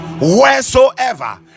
Wheresoever